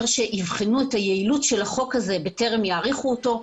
שיבחנו את היעילות של החוק הזה בטרם יאריכו אותו.